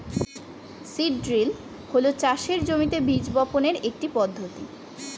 seed drill হল চাষের জমিতে বীজ বপনের একটি পদ্ধতি